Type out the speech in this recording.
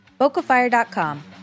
Bocafire.com